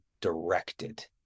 directed